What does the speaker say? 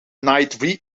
nite